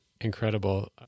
incredible